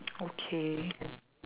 okay